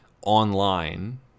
online